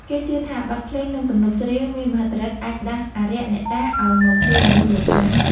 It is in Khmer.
គេជឿថាបទភ្លេង និងទំនុកច្រៀងមានមហិទ្ធិឫទ្ធិអាចដាស់អារក្សអ្នកតាឱ្យមកជួយមនុស្សលោកបាន។